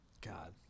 God